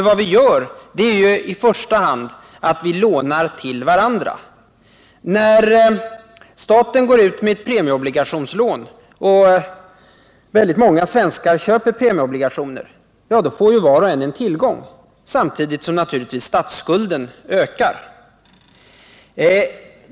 Vad vi gör är nämligen i första hand att vi lånar till varandra. När staten går ut med ett premieobligationslån, och väldigt många svenskar köper premieob ligationer, får var och en en tillgång —-samtidigt som naturligtvis statsskulden ökar.